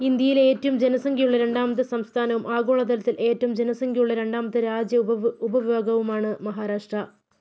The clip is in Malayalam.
ഇന്ത്യയിലെ ഏറ്റവും ജനസംഖ്യയുള്ള രണ്ടാമത്തെ സംസ്ഥാനവും ആഗോള തലത്തിൽ ഏറ്റവും ജനസംഖ്യയുള്ള രണ്ടാമത്തെ രാജ്യ ഉപവിഭാഗവുമാണ് മഹാരാഷ്ട്ര